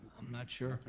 not sure.